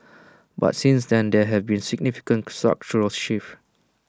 but since then there have been significant structural shifts